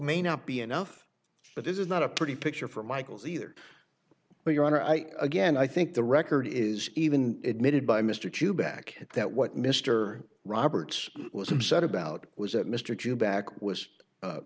may not be enough but this is not a pretty picture from michael's either but your honor i again i think the record is even admitted by mr toback that what mr roberts was upset about was that mr toback was